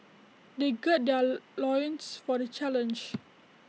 they gird their loins for the challenge